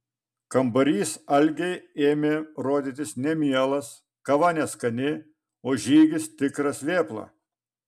kambarys algei ėmė rodytis nemielas kava neskani o žygis tikras vėpla